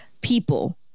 people